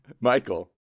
Michael